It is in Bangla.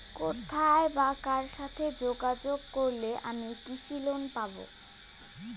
কোথায় বা কার সাথে যোগাযোগ করলে আমি কৃষি লোন পাব?